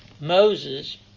Moses